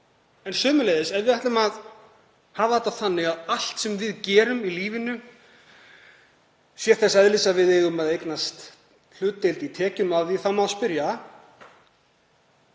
Sömuleiðis, ef við ætlum að hafa þetta þannig að allt sem við gerum í lífinu sé þess eðlis að við eigum að eignast hlutdeild í tekjum af því, þá má spyrja: